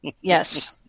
Yes